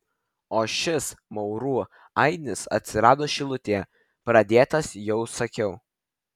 o šis maurų ainis atsirado šilutėje pradėtas jau sakiau